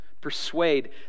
persuade